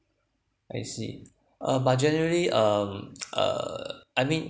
I see uh but generally um uh I mean